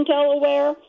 Delaware